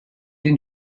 den